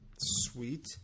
Sweet